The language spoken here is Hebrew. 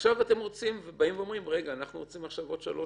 עכשיו אתם אומרים אנחנו רוצים עוד שלוש